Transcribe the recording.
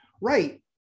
right